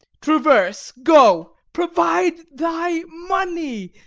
traverse go provide thy money.